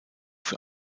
für